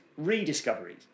rediscoveries